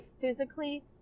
physically